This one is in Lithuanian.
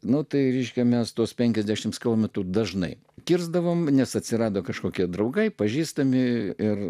nu tai reiškia mes tuos penkiasdešimt kilometrų dažnai kirsdavome nes atsirado kažkokie draugai pažįstami ir